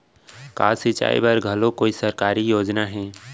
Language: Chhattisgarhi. का सिंचाई बर घलो कोई सरकारी योजना हे?